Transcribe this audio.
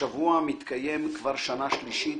השבוע מתקיים כבר שנה שלישית,